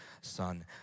son